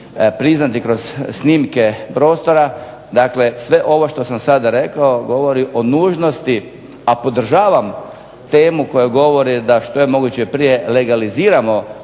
priznati kroz snimke prostora, dakle sve ovo što sam sada rekao govori o nužnosti, a podržavam temu koja govori da što je moguće prije legaliziramo